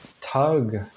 tug